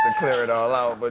clear it all out, but